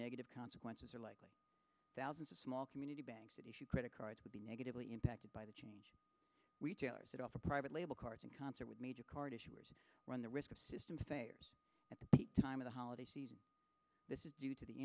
negative consequences are likely thousands of small community banks that issue credit cards would be negatively impacted by the retailers that offer private label cards in concert with major card issuers run the risk of system failures at the time of the holidays this is due to the